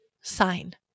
sign